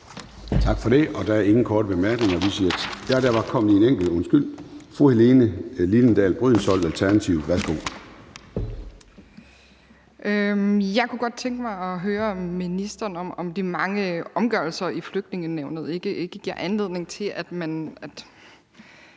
Jeg kunne godt tænke mig at høre ministeren, om de mange omgørelser i Flygtningenævnet ikke giver anledning til, at man